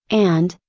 and,